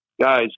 guys